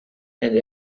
and